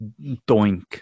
doink